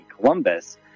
Columbus